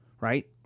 Right